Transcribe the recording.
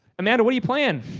amanda, what are you playing?